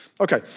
Okay